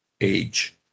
age